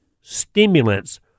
stimulants